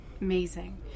Amazing